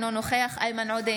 אינו נוכח איימן עודה,